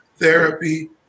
therapy